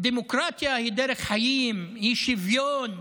דמוקרטיה היא דרך חיים, היא שוויון,